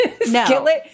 skillet